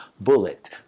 bullet